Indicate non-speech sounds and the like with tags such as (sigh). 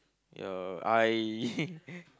yeah I (laughs)